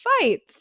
fights